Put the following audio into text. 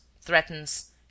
threatens